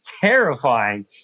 terrifying